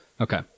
Okay